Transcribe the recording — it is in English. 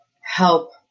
help